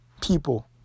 people